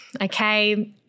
Okay